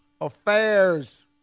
Affairs